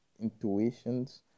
intuitions